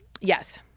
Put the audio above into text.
yes